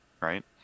Right